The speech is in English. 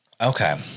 Okay